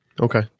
Okay